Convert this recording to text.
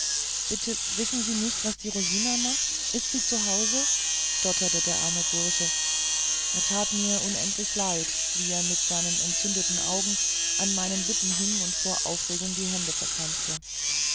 bitte wissen sie nicht was die rosina macht ist sie zu hause stotterte der arme bursche er tat mir unendlich leid wie er mit seinen entzündeten augen an meinen lippen hing und vor aufregung die hände verkrampfte